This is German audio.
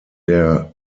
der